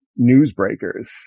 newsbreakers